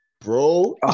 bro